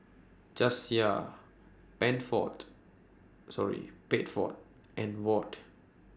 Jasiah sorry Bedford and Ward